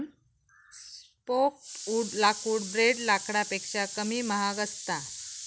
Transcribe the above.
softwood लाकूड ब्रेड लाकडापेक्षा कमी महाग असता